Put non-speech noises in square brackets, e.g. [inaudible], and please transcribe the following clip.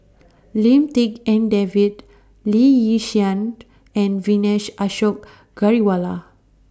[noise] Lim Tik En David Lee Yi Shyan and Vijesh Ashok Ghariwala